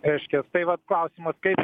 reiškias tai vat klausimas kaip